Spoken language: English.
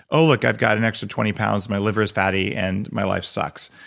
oh look, i've got an extra twenty pounds. my liver is fatty and my life sucks.